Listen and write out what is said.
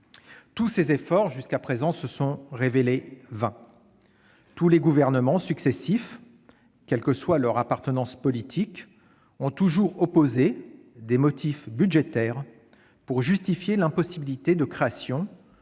tous ces efforts se sont révélés vains. Les gouvernements successifs, quelle que soit leur appartenance politique, ont toujours opposé des motifs budgétaires pour justifier l'impossibilité de créer un